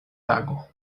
tago